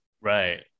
right